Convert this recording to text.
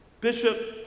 Bishop